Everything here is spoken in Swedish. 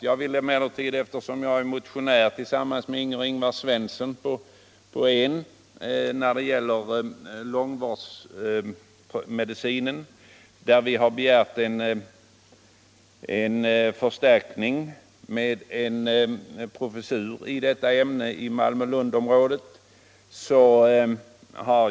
Jag återkommer snart till en av dem. Tillsammans med fru Ingvar-Svensson har jag väckt en motion om långvårdsmedicinen. Där har vi begärt förstärkning med en professur i detta ämne i Malmö-Lund-området.